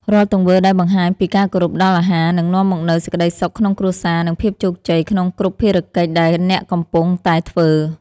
រាល់ទង្វើដែលបង្ហាញពីការគោរពដល់អាហារនឹងនាំមកនូវសេចក្តីសុខក្នុងគ្រួសារនិងភាពជោគជ័យក្នុងគ្រប់ភារកិច្ចដែលអ្នកកំពុងតែធ្វើ។